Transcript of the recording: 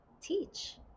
teach